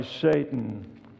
Satan